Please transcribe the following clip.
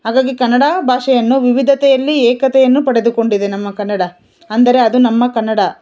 ಹಾಗಾಗಿ ಕನ್ನಡ ಭಾಷೆಯನ್ನು ವಿವಿಧತೆಯಲ್ಲಿ ಏಕತೆಯನ್ನು ಪಡೆದುಕೊಂಡಿದೆ ನಮ್ಮ ಕನ್ನಡ ಅಂದರೆ ಅದು ನಮ್ಮ ಕನ್ನಡ